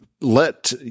let